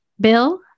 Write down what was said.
Bill